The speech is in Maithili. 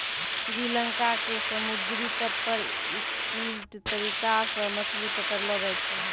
श्री लंका के समुद्री तट पर स्टिल्ट तरीका सॅ मछली पकड़लो जाय छै